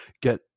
get